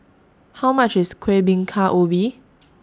How much IS Kuih Bingka Ubi